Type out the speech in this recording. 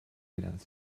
without